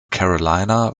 carolina